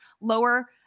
lower